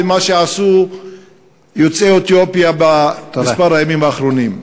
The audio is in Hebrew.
למה שעשו יוצאי אתיופיה בכמה ימים האחרונים.